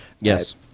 Yes